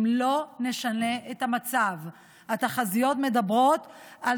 אם לא נשנה את המצב התחזיות מדברות על